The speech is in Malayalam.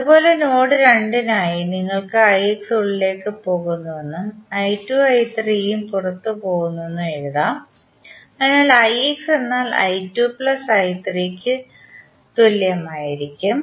അതുപോലെ നോഡ് 2 നായി നിങ്ങൾക്ക് ix ഉള്ളിലേക്കു പോകുന്നുവെന്നും I2 ഉം I3 ഉം പുറത്തുപോകുന്നുവെന്നും എഴുതാം അതിനാൽ ix എന്നാൽ കു തുല്യമായിരിക്കും